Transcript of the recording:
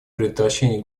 предотвращение